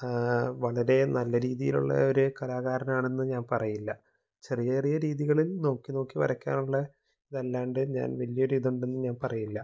വളരേ നല്ല രീതിയിലുള്ള ഒരു കലാകാരനാണെന്ന് ഞാൻ പറയില്ല ചെറിയ ചെറിയ രീതികളിൽ നോക്കി നോക്കി വരക്കാറുള്ള അതല്ലാണ്ട് ഞാൻ വലിയൊരിതുണ്ടെന്ന് ഞാൻ പറയില്ല